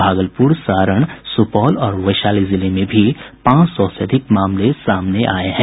भागलपुर सारण सुपौल और वैशाली जिले में भी पांच सौ से अधिक मामले सामने आये हैं